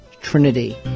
Trinity